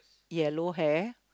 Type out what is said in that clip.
yellow hair